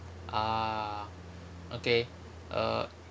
ah okay uh